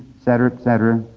etc, etc,